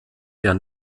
der